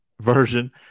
version